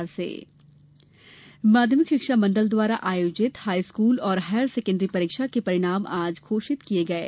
परीक्षा परिणाम माध्यमिक शिक्षा मण्डल द्वारा आयोजित हाईस्कूल और हायर सेकेण्डरी परीक्षा के परिणाम आज घोषित कर दिये गये